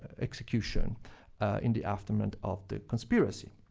execution in the aftermath of the conspiracy.